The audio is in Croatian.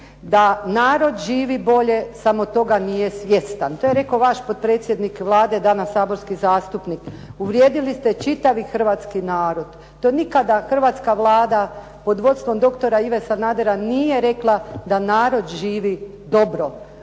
da narod živi bolje samo toga nije svjestan. To je rekao vaš potpredsjednik Vlade danas saborski zastupnik. Uvrijedili ste čitavi hrvatski narod. To nikada hrvatska Vlada pod vodstvom doktora Ive Sanadera nije rekla da narod živi dobro.